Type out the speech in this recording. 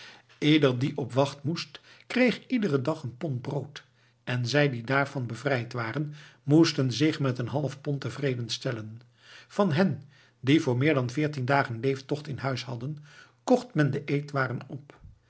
ieder die op wacht moest kreeg iederen dag een pond brood en zij die daarvan bevrijd waren moesten zich met een half pond tevreden stellen van hen die voor meer dan veertien dagen leeftocht in huis hadden kocht men de eetwaren op